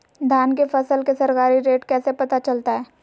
धान के फसल के सरकारी रेट कैसे पता चलताय?